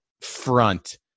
front